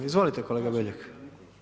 Izvolite kolega Beljak.